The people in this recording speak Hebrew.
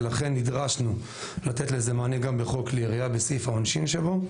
ולכן נדרשנו לתת לזה מענה גם בחוק כלי ירייה בסעיף העונשין שבו,